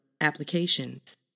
applications